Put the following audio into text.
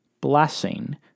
blessing